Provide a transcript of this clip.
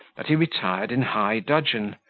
that he retired in high dudgeon,